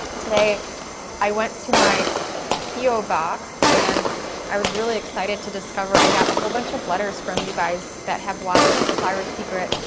today i went to my po box, and i was really excited to discover i got a whole bunch of letters from you guys that have watched the thyroid secret.